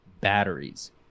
batteries